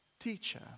teacher